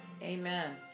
Amen